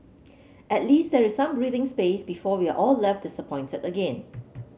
at least there is some breathing space before we are all left disappointed again